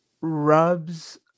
rubs